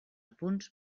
punts